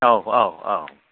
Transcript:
औ औ औ